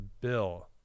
bill